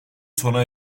sona